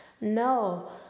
No